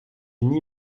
une